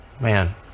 Man